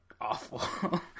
awful